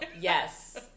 yes